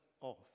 off